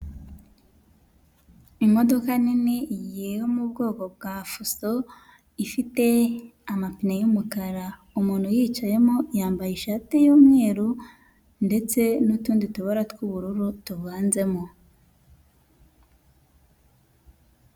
Imodoka nini yo mu bwoko bwa fuso ifite amapine y'umukara, umuntu uyicayemo yambaye ishati y'umweru ndetse n'utundi tubara tw'ubururu tuvanzemo.